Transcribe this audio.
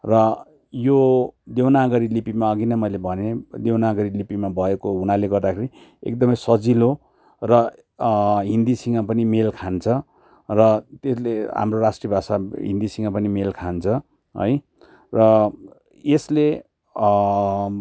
र यो देवनागरी लिपिमा अघि नै मैले भनेँ देवनागरी लिपिमा भएको हुनाले गर्दाखेरि एकदमै सजिलो र हिन्दीसँग पनि मेल खान्छ र त्यसले हाम्रो राष्ट्र भाषा हिन्दीसँग पनि मेल खान्छ है र यसले